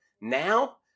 Now